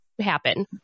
happen